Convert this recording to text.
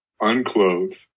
unclothed